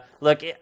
look